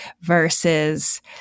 versus